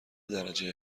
درجه